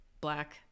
black